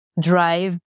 drive